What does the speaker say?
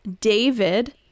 David